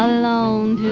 alone